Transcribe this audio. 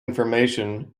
information